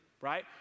right